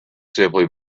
simply